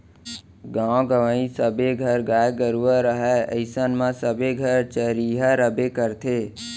गॉंव गँवई सबे घर गाय गरूवा रहय अइसन म सबे घर चरिहा रइबे करथे